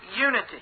unity